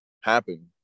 happen